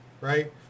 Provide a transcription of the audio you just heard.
right